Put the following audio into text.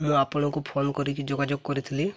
ମୁଁ ଆପଣଙ୍କୁ ଫୋନ୍ କରିକି ଯୋଗାଯୋଗ କରିଥିଲି